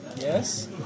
Yes